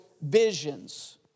visions